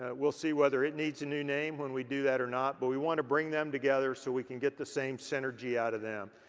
ah we'll see whether it needs a new name when we do that or not, but we wanna bring them together so we can get the same synergy out of them.